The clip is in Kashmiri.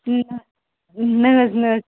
نہ نہ حظ نہ حظ